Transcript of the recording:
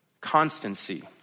constancy